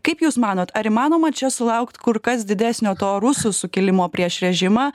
kaip jūs manot ar įmanoma čia sulaukt kur kas didesnio to rusų sukilimo prieš režimą